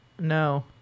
No